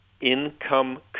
income